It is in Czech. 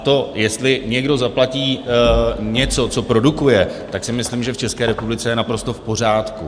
To, jestli někdo zaplatí něco, co produkuje, si myslím, že v České republice je naprosto v pořádku.